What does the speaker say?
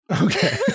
Okay